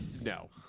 No